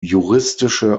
juristische